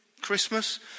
christmas